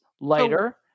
lighter